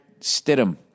Stidham